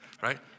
right